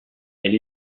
elle